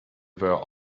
were